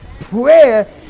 Prayer